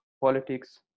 politics